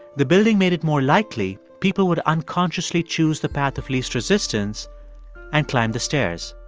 the building made it more likely people would unconsciously choose the path of least resistance and climb the stairs